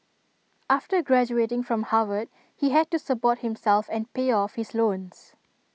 after graduating from Harvard he had to support himself and pay off his loans